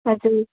हजुर